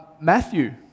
Matthew